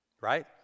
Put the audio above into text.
Right